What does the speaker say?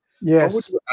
Yes